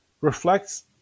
reflects